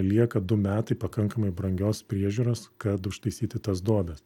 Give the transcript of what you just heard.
lieka du metai pakankamai brangios priežiūros kad užtaisyti tas duobes